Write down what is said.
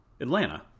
Atlanta